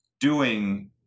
doing-